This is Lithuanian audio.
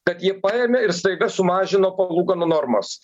kad jie paėmė ir staiga sumažino palūkanų normas